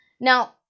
Now